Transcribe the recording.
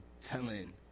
telling